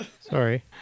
Sorry